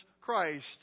christ